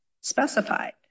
specified